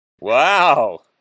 Wow